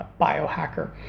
biohacker